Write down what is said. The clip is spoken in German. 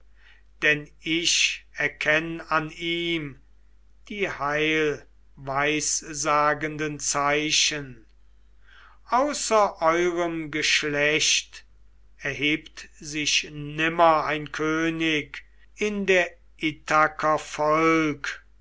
denn ich erkenn an ihm die heilweissagenden zeichen außer eurem geschlecht erhebt sich nimmer ein könig in der